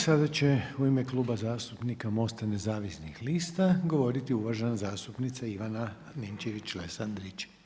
Sada će u ime Kluba zastupnika MOST-a nezavisnih lista govoriti uvažena zastupnica Ivana Ninčević-Lesandrić.